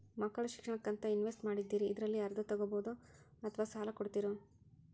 ಮಕ್ಕಳ ಶಿಕ್ಷಣಕ್ಕಂತ ಇನ್ವೆಸ್ಟ್ ಮಾಡಿದ್ದಿರಿ ಅದರಲ್ಲಿ ಅರ್ಧ ತೊಗೋಬಹುದೊ ಅಥವಾ ಸಾಲ ಕೊಡ್ತೇರೊ?